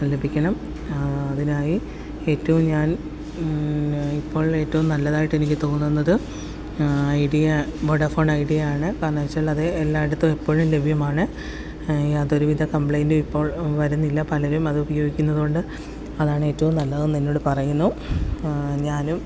ലഭിക്കണം അതിനായി ഏറ്റവും ഞാൻ ഇപ്പോൾ ഏറ്റവും നല്ലതായിട്ട് എനിക്ക് തോന്നുന്നത് ഐഡിയ വോഡഫോൺ ഐഡിയ ആണ് കാരണം വച്ചാൽ അത് എല്ലായിടത്തും എപ്പഴും ലഭ്യമാണ് യാതൊരുവിധ കംപ്ലൈൻറ്റും ഇപ്പോൾ വരുന്നില്ല പലരും അത് ഉപയോഗിക്കുന്നതുകൊണ്ട് അതാണ് ഏറ്റവും നല്ലതെന്ന് എന്നോട് പറയുന്നു ഞാനും